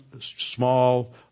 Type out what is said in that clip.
small